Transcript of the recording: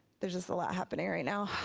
there's just a lot happening right now.